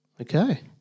Okay